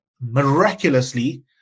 miraculously